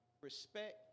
respect